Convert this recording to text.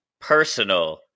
personal